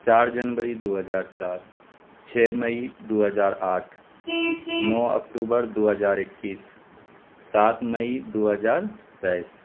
چار جنوری دو ہزار چار چھ مئی دو ہزار آٹھ نو اکٹوبر دو ہزار اکیس سات مئی دو ہزار تیئیس